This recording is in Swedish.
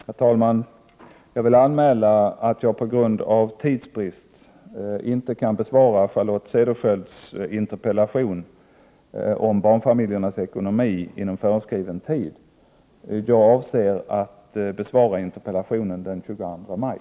Herr talman! Jag vill anmäla att jag på grund av tidsbrist inte kan besvara Charlotte Cederschiölds interpellation om barnfamiljernas ekonomi inom föreskriven tid. Jag avser att besvara interpellationen den 22 maj.